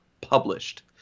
published